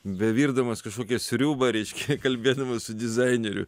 bevirdamaskažkokią sriubą reiškia kalbėdamas su dizaineriu